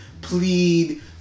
plead